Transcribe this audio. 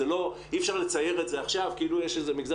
אי אפשר לצייר את זה עכשיו כאילו יש איזה מגזר